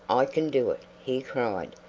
i can do it, he cried,